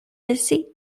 dizzy